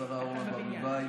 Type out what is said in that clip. השרה אורנה ברביבאי.